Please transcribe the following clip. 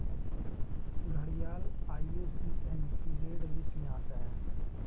घड़ियाल आई.यू.सी.एन की red list में आता है